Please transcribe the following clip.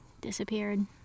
disappeared